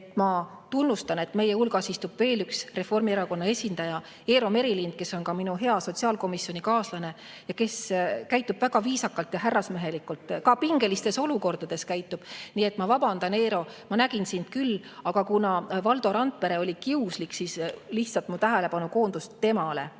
ma tunnustan, et meie hulgas istub veel üks Reformierakonna esindaja, Eero Merilind, kes on ka minu hea sotsiaalkomisjoni kaaslane ja kes käitub väga viisakalt ja härrasmehelikult ka pingelistes olukordades. Nii et ma vabandan, Eero, ma nägin sind küll, aga kuna Valdo Randpere oli kiuslik, siis lihtsalt mu tähelepanu koondus temale.